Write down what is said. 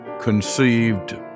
conceived